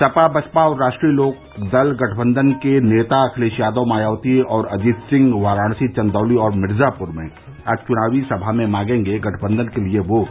सपा बसपा और राष्ट्रीय लोकदल गठबंधन के नेता अखिलेश यादव मायावती और अजीत सिंह वाराणसी चन्दौली और मिर्जापुर में आज च्नावी सभा में मांगेगे गठबंधन के लिए वोट